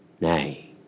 Nay